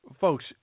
Folks